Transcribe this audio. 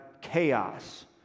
chaos